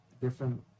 different